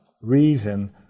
reason